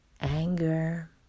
anger